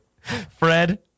Fred